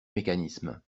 mécanisme